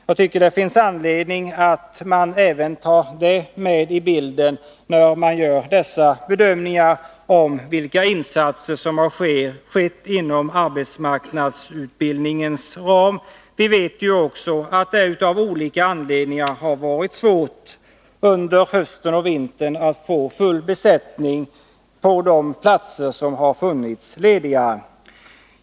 Jag tycker det finns anledning att ta även detta med i bilden, när man gör bedömningar om vilka insatser som har skett inom arbetsmarknadsutbildningens ram. Vi vet också att det av olika anledningar har varit svårt att under hösten och vintern få full besättning på de platser som funnits tillgängliga.